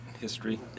history